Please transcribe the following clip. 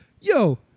Yo